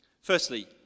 Firstly